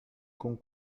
con